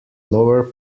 lower